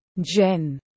Jen